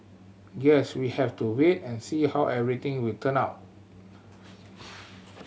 guess we have to wait and see how everything will turn out